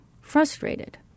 frustrated